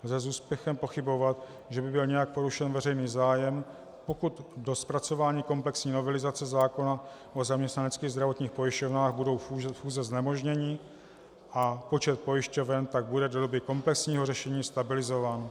Lze s úspěchem pochybovat, že by byl nějak porušen veřejný zájem, pokud do zpracování komplexní novelizace zákona o zaměstnaneckých zdravotních pojišťovnách budou fúze znemožněny, a počet pojišťoven tak bude do doby komplexního řešení stabilizován.